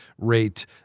rate